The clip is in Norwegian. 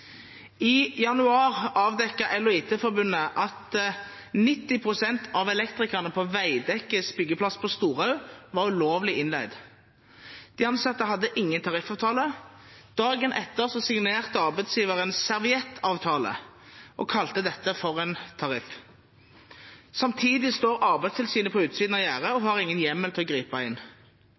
I januar avdekket EL og IT Forbundet at 90 pst. av elektrikerne på Veidekkes byggeplass på Storo var ulovlig innleid. De ansatte hadde ingen tariffavtale. Dagen etter signerte arbeidsgiveren en «serviettavtale» og kalte dette for en tariff. Samtidig står Arbeidstilsynet på utsiden av gjerdet og har ingen hjemmel til å gripe inn.